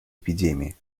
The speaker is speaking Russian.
эпидемии